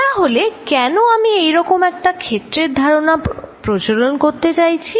তাহলে কেন আমি এইরকম একটা ক্ষেত্রের ধারণা প্রচলন করতে চাইছি